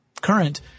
current